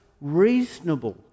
reasonable